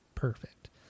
Perfect